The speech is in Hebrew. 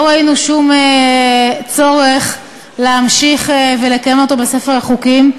לא ראינו שום צורך להמשיך ולקיים אותו בספר החוקים.